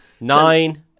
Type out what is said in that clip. Nine